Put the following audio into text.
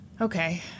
okay